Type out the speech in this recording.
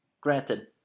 granted